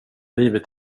livet